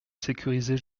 sécuriser